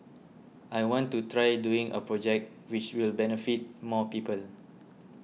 I want to try doing a project which will benefit more people